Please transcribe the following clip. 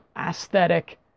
aesthetic